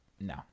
no